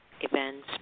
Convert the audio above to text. events